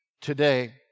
today